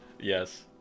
Yes